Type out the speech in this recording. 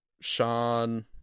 Sean